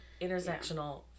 intersectional